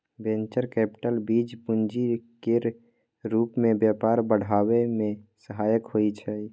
venture capital बीज पूंजी केर रूप मे व्यापार बढ़ाबै मे सहायक होइ छै